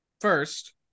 First